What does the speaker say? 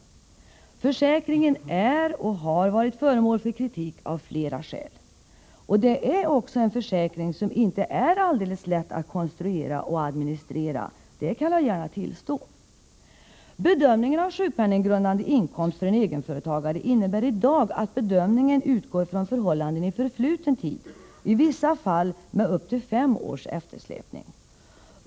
Försäkringen är och har av flera skäl varit föremål för kritik. Det är också en försäkring som inte är så alldeles lätt att konstruera och administrera — det kan jag gärna tillstå. Bedömningen av sjukpenninggrundande inkomst för en egenföretagare görs i dag från förhållanden i förfluten tid, i vissa fall med upp till fem års eftersläpning.